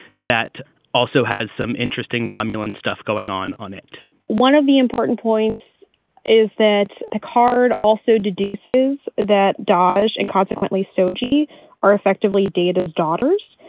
that also has some interesting romulan stuff going on on it one of the important points is that the card also deduces that dodge and consequently so g are effectively data's daughters.